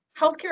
healthcare